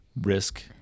risk